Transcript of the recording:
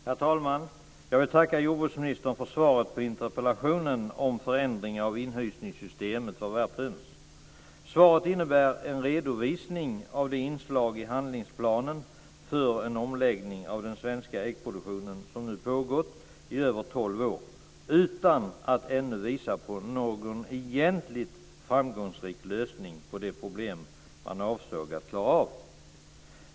Herr talman! Jag vill tacka jordbruksministern för svaret på interpellationen om förändring av inhysningssystemet för värphöns. Svaret innebär en redovisning av det inslag i handlingsplanen för en omläggning av den svenska äggproduktionen som nu pågått i över tolv år utan att ännu visa på någon egentlig framgångsrik lösning på det problem man avsåg att klara av.